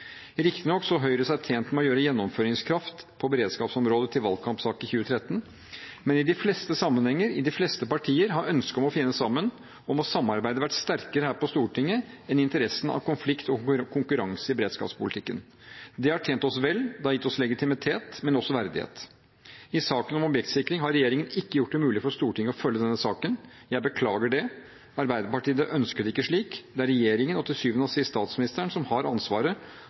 Riktignok så Høyre seg tjent med å gjøre gjennomføringskraft på beredskapsområdet til valgkampsak i 2013, men i de fleste sammenhenger i de fleste partier har ønsket om å finne sammen, om å samarbeide, vært sterkere her på Stortinget enn interessen av konflikt og konkurranse i beredskapspolitikken. Det har tjent oss vel, det har gitt oss legitimitet, men også verdighet. I saken om objektsikring har regjeringen ikke gjort det mulig for Stortinget å følge denne saken. Jeg beklager det. Arbeiderpartiet ønsker det ikke slik, det er regjeringen og til syvende og sist statsministeren som har ansvaret